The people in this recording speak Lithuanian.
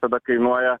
tada kainuoja